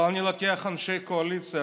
אבל אני לוקח אנשי קואליציה.